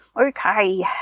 okay